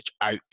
out